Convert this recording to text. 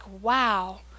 wow